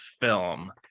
film